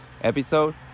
episode